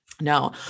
No